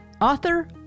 author